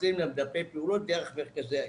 נותנים להם גם דפי פעילויות דרך מרכזי היום.